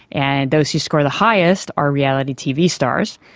and those who score the highest are reality tv stars.